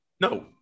No